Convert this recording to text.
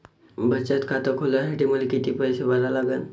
बचत खात खोलासाठी मले किती पैसे भरा लागन?